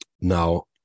now